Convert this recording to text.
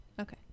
okay